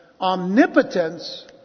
Omnipotence